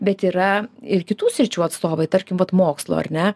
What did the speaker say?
bet yra ir kitų sričių atstovai tarkim vat mokslo ar ne